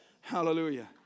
Hallelujah